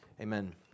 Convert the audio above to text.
amen